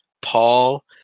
Paul